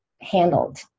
handled